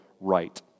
right